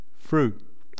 fruit